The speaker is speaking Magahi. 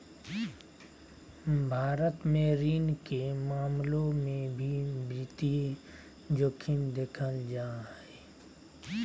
भारत मे ऋण के मामलों मे भी वित्तीय जोखिम देखल जा हय